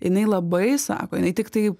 jinai labai sako jinai tiktai